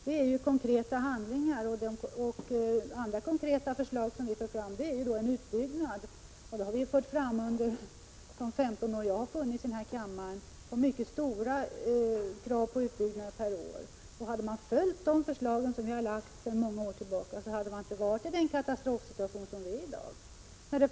Det är konkreta förslag! Andra konkreta förslag som vi för fram är förslag om utbyggnad. Det förslaget har vi fört fram under de 15 år som jag har funnits i kammaren. Vi har fört fram krav på mycket stora utbyggnader per år. Hade riksdagen följt de förslagen, som vi har lagt fram sedan många år tillbaka, hade vi inte varit i den katastrofsituation som vi i dag är i.